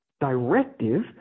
directive